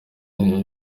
iba